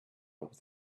with